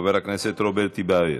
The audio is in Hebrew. חבר הכנסת רוברט טיבייב.